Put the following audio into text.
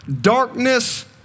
Darkness